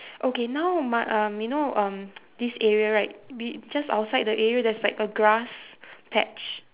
okay now my um you know um this area right be just outside the area there's like a grass patch